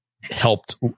helped